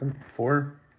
four